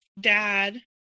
dad